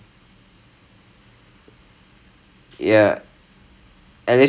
because I'm not scared of the stage அந்த பிரச்சனை இல்லை எனக்கு:antha pirachanai illai enakku it's more of like